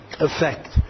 effect